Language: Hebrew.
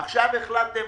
עכשיו החלטתם